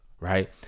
right